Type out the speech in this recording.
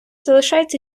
залишається